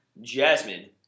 Jasmine